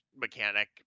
mechanic